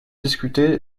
discuté